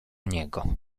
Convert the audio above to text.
niego